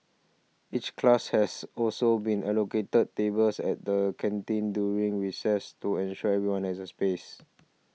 each class has also been allocated tables at the canteen during recess to ensure everyone has a space